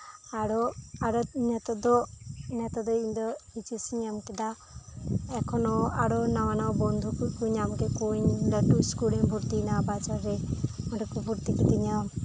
ᱟᱨᱚ ᱟᱨᱚ ᱱᱤᱛᱚᱜ ᱫᱚ ᱱᱤᱛᱚᱜ ᱫᱚ ᱤᱧᱫᱚ ᱮᱭᱤᱪᱮᱥ ᱤᱧ ᱮᱢᱠᱮᱫᱟ ᱮᱠᱷᱚᱱᱚ ᱟᱨᱚ ᱱᱟᱶᱟ ᱱᱟᱶᱟ ᱵᱚᱱᱫᱷᱩᱠᱚᱧ ᱧᱟᱢ ᱠᱮᱫ ᱠᱚᱣᱟᱹᱧ ᱞᱟᱹᱴᱩ ᱤᱥᱠᱩᱞ ᱨᱮᱧ ᱵᱷᱚᱨᱛᱤ ᱮᱱᱟ ᱵᱟᱡᱟᱨ ᱨᱮ ᱚᱸᱰᱮ ᱠᱚ ᱵᱷᱚᱨᱛᱤ ᱠᱮᱫᱮᱧᱟ